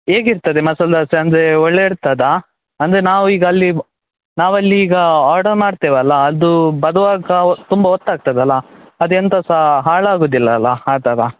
ಹೇಗಿರ್ತದೆ ಮಸಾಲ ದೋಸೆ ಅಂದರೆ ಒಳ್ಳೆ ಇರ್ತದಾ ಅಂದರೆ ನಾವು ಈಗ ಅಲ್ಲಿ ನಾವು ಅಲ್ಲಿ ಈಗ ಆರ್ಡರ್ ಮಾಡ್ತೇವಲ್ಲ ಅದು ಬರುವಾಗ ತುಂಬ ಹೊತ್ತಾಗ್ತದ್ ಅಲ್ಲಾ ಅದು ಎಂಥ ಸಹ ಹಾಳಾಗೊದಿಲ್ಲಲ್ಲ ಆ ಥರ